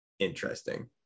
Interesting